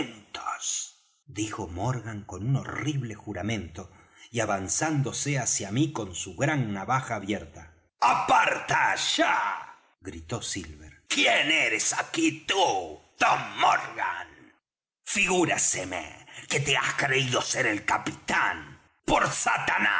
dijo morgan con un horrible juramento y avanzándose hacia mí con su gran navaja abierta aparta allá gritó silver quién eres aquí tú tom morgan figúraseme que te has creído ser el capitán por satanás